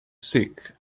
sick